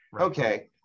Okay